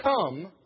come